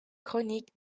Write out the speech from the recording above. chronique